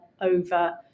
over